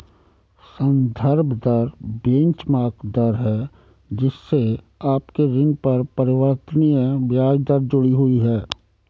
संदर्भ दर बेंचमार्क दर है जिससे आपके ऋण पर परिवर्तनीय ब्याज दर जुड़ी हुई है